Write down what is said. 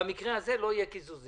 במקרה הזה לא יהיו קיזוזים.